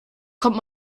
kommt